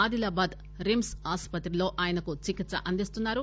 Adilabad RIMS ఆస్పత్రిలో ఆయనకు చికిత్ప అందిస్తున్నారు